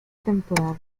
temporada